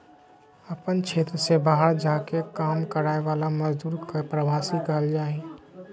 अपन क्षेत्र से बहार जा के काम कराय वाला मजदुर के प्रवासी कहल जा हइ